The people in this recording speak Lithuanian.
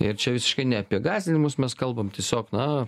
ir čia visiškai ne apie gąsdinimus mes kalbam tiesiog na